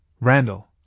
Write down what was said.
Randall